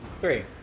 Three